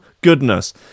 goodness